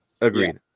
Agreed